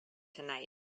tonight